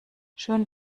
schön